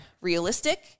realistic